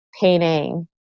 painting